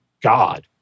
God